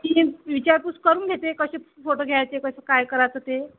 ती विचारपूस करून घेते कसे फोटो घ्यायचे कसं काय करायचं ते